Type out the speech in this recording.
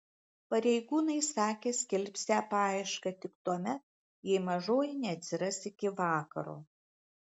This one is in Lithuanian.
pareigūnai sakė skelbsią paiešką tik tuomet jei mažoji neatsiras iki vakaro